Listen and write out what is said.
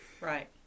Right